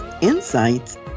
insights